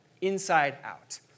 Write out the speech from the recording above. inside-out